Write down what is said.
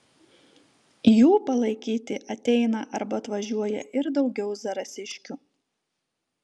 jų palaikyti ateina arba atvažiuoja ir daugiau zarasiškių